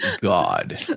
God